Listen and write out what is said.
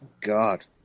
God